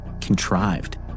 contrived